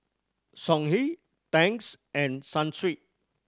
Songhe Tangs and Sunsweet